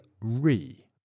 re